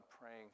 praying